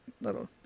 little